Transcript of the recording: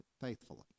faithfully